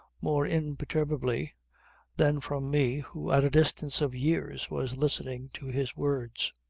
more impenetrably than from me who at a distance of years was listening to his words.